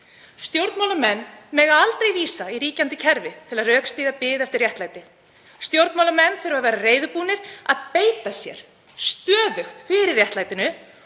„Stjórnmálamenn mega aldrei vísa í ríkjandi kerfi til að rökstyðja bið eftir réttlæti. Stjórnmálamenn þurfa að vera reiðubúnir að beita sér stöðugt fyrir réttlætinu